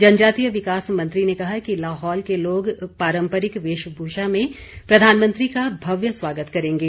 जनजातीय विकास मंत्री ने कहा कि लाहौल के लोग पारंपरिक वेशभूषा में प्रधानमंत्री का भव्य स्वागत करेंगे